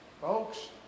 Folks